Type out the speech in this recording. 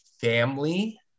family